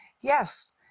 Yes